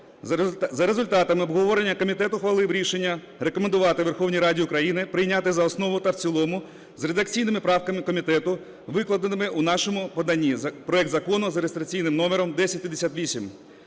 За результатами обговорення комітет ухвалив рішення: рекомендувати Верховній Раді України прийняти за основу та в цілому з редакційними правками комітету викладеному у нашому поданні проект Закону за реєстраційним номером 1058.